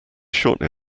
shortly